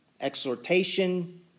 exhortation